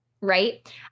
right